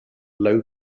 low